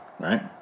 right